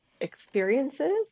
experiences